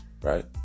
Right